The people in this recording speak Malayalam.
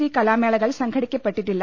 ഇ കലാമേളകൾ സംഘടിപ്പിക്കപ്പെട്ടിട്ടില്ല